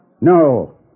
No